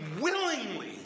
willingly